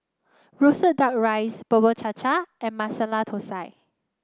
roasted duck rice Bubur Cha Cha and Masala Thosai